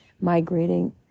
migrating